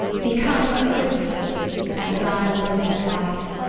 become a christian and thy loving wife.